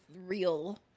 real